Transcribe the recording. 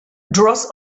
draws